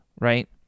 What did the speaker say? right